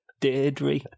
Deirdre